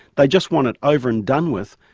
they just want it over and done with.